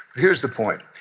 here's the point.